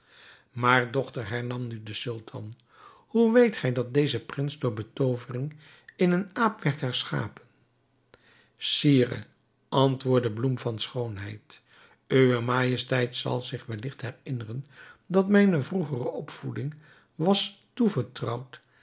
maar dochter hernam nu de sultan hoe weet gij dat deze prins door betoovering in een aap werd herschapen sire antwoordde bloem van schoonheid uwe majesteit zal zich welligt herinneren dat mijne vroegere opvoeding was toevertrouwd